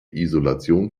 isolation